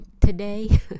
today